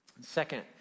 Second